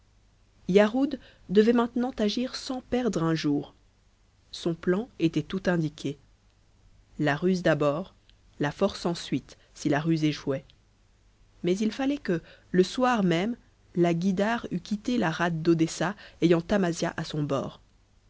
yarhud devait maintenant agir sans perdre un jour son plan était tout indiqué la ruse d'abord la force ensuite si la ruse échouait mais il fallait que le soir même la guïdare eût quitté la rade d'odessa ayant amasia à son bord